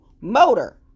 motor